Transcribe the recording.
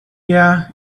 yeah